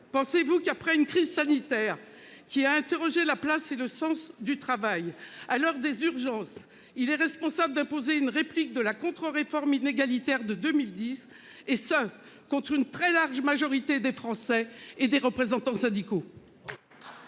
pensez-vous qu'après une crise sanitaire qui a interrogé la place et le sens du travail à l'heure des urgences, il est responsable d'imposer une réplique de la contre-, réforme inégalitaire de 2010 et ce, contre une très large majorité des Français et des représentants syndicaux.